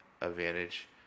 advantage